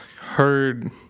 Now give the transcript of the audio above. heard